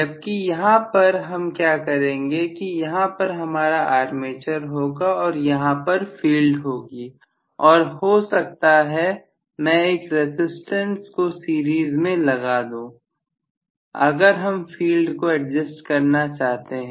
जबकि यहां पर हम क्या करेंगे कि यहां पर हमारा आर्मेचर होगा और यहां पर फील्ड होगी और हो सकता है मैं एक रसिस्टेंस को सीरीज में लगा दूं अगर हम फील्ड को एडजस्ट करना चाहते हैं